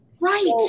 Right